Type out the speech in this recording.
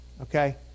Okay